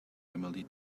emily